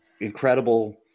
incredible